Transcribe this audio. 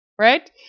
Right